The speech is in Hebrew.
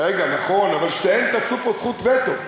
רגע, נכון, אבל שתיהן תפסו פה זכות וטו.